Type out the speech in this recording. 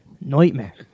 Nightmare